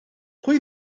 pwy